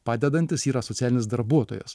padedantis yra socialinis darbuotojas